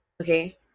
okay